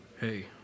Hey